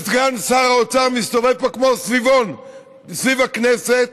וסגן שר האוצר מסתובב פה כמו סביבון סביב הכנסת,